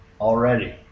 already